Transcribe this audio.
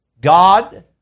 God